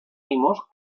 amos